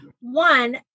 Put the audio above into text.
one